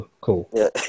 cool